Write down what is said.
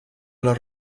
las